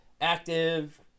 active